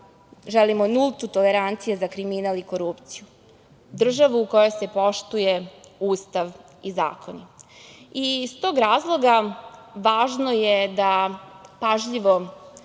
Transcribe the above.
Želimo nultu toleranciju za kriminal i korupciju, državu u kojoj se poštuje Ustav i zakoni. Iz tog razloga, važno je da pažljivo